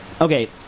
okay